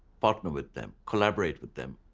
partner with them, collaborate with them,